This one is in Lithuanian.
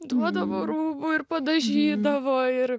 duodavo rūbų ir padažydavo ir